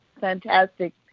fantastic